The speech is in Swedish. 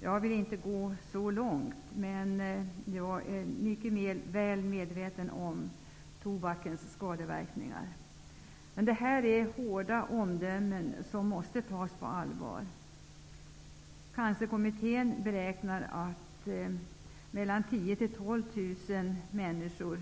Jag går inte så långt, men jag är mycket väl medveten om tobakens skadeverkningar. De omdömen som fälls här är hårda och måste tas på allvar. Cancerkommittén beräknar att 10 000-- 12 000 människor